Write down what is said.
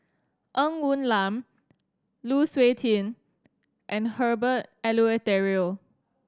Ng Woon Lam Lu Suitin and Herbert Eleuterio